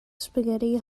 spaghetti